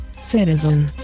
citizen